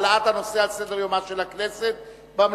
הוא בעד העלאת הנושא על סדר-יומה של הכנסת במליאה.